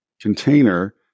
container